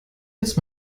jetzt